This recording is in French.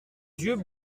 yeux